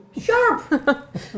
sharp